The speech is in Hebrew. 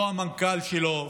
לא המנכ"ל שלו,